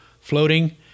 floating